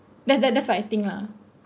that that that's what I think lah